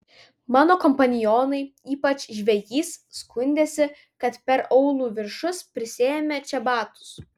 mano kompanionai ypač žvejys skundėsi kad per aulų viršus prisėmė čebatus